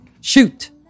Shoot